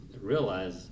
realize